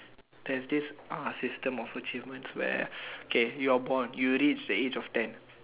there's this uh system of achievements where K you are born you reach the age of ten